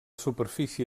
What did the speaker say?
superfície